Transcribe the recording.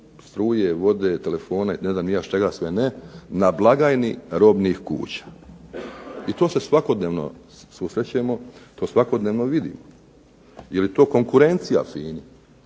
struje, vode, telefona i ne znam ni ja čega sve ne, na blagajni robnih kuća. I to se svakodnevno susrećemo, to svakodnevno vidimo. Je li to konkurencija FINA-i